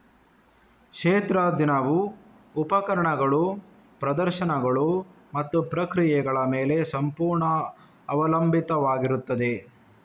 ಕ್ಷೇತ್ರ ದಿನವು ಉಪಕರಣಗಳು, ಪ್ರದರ್ಶನಗಳು ಮತ್ತು ಪ್ರಕ್ರಿಯೆಗಳ ಮೇಲೆ ಸಂಪೂರ್ಣ ಅವಲಂಬಿತವಾಗಿರುತ್ತದೆ